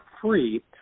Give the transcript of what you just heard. free